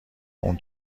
اون